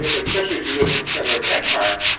and especially if you live in the center of empire,